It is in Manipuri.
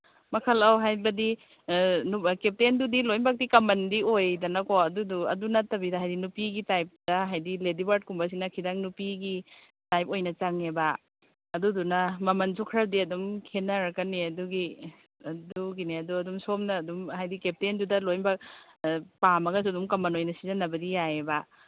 ꯃꯈꯜ ꯑꯧ ꯍꯥꯏꯕꯗꯤ ꯀꯦꯞꯇꯦꯟꯗꯨꯗꯤ ꯂꯣꯏꯅꯃꯛꯇꯤ ꯀꯃꯟꯗꯤ ꯑꯣꯏꯗꯅꯀꯣ ꯑꯗꯨꯗꯨ ꯑꯗꯨ ꯅꯠꯇꯕꯤꯗ ꯍꯥꯏꯗꯤ ꯅꯨꯄꯤꯒꯤ ꯇꯥꯏꯞꯇ ꯍꯥꯏꯗꯤ ꯂꯦꯗꯤ ꯕꯥꯔꯠꯀꯨꯝꯕꯁꯤꯅ ꯈꯤꯇꯪ ꯅꯨꯄꯤꯒꯤ ꯇꯥꯏꯞ ꯑꯣꯏꯅ ꯆꯪꯉꯦꯕ ꯑꯗꯨꯗꯨꯅ ꯃꯃꯟꯁꯨ ꯈꯔꯗꯤ ꯑꯗꯨꯝ ꯈꯦꯠꯅꯔꯛꯀꯅꯤ ꯑꯗꯨꯒꯤ ꯑꯗꯨꯒꯤꯅꯦ ꯑꯗꯨ ꯑꯗꯨꯝ ꯁꯣꯝꯅ ꯑꯗꯨꯝ ꯍꯥꯏꯗꯤ ꯀꯦꯞꯇꯦꯟꯗꯨꯗ ꯂꯣꯏꯃꯛ ꯄꯥꯝꯃꯒꯁꯨ ꯑꯗꯨꯝ ꯀꯃꯟ ꯑꯣꯏꯅ ꯁꯤꯖꯤꯟꯅꯕꯗꯤ ꯌꯥꯏꯑꯕ